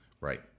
Right